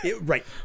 Right